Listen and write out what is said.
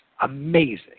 Amazing